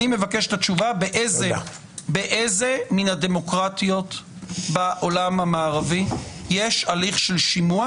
אני מבקש את התשובה באיזה מן הדמוקרטיות בעולם המערבי יש הליך של שימוע